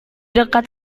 dekat